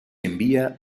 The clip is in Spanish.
envía